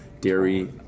dairy